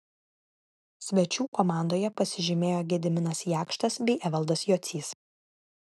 svečių komandoje pasižymėjo gediminas jakštas bei evaldas jocys